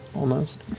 almost.